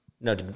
No